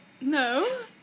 No